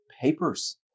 papers